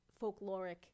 folkloric